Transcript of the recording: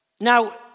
Now